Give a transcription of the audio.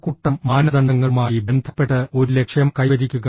ഒരു കൂട്ടം മാനദണ്ഡങ്ങളുമായി ബന്ധപ്പെട്ട് ഒരു ലക്ഷ്യം കൈവരിക്കുക